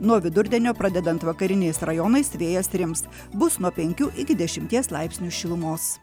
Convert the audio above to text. nuo vidurdienio pradedant vakariniais rajonais vėjas rims bus nuo penkių iki dešimties laipsnių šilumos